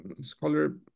scholar